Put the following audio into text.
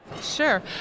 Sure